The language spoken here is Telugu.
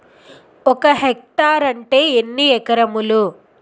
ఒక హెక్టార్ అంటే ఎన్ని ఏకరములు?